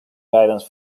guidance